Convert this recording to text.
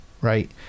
right